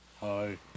Hi